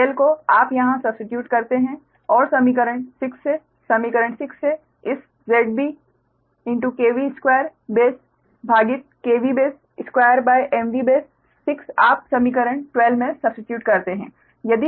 इस ZL को आप यहां सब्स्टीट्यूट करते हैं और समीकरण 6 से समीकरण 6 से इस 𝒁𝑩 2 बेस भागित B2MVAB6 आप समीकरण 12 में सब्स्टीट्यूट करते हैं